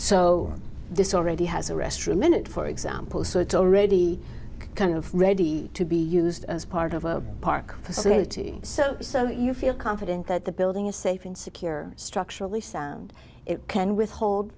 so this already has a restroom in it for example so it's already kind of ready to be used as part of a park facility so so you feel confident that the building is safe and secure structurally sound it can withhold